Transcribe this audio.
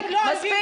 מספיק.